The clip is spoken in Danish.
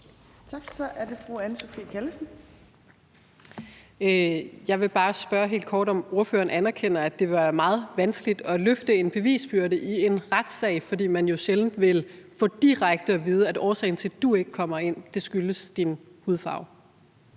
Jeg vil bare spørge helt kort, om ordføreren anerkender, at det vil være meget vanskeligt at løfte en bevisbyrde i en retssag, fordi man jo meget sjældent vil få direkte at vide, at årsagen til, at du ikke kommer ind, er din hudfarve.